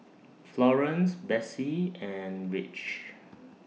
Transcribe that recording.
Florance Besse and Rich